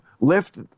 lift